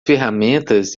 ferramentas